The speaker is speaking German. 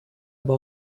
aber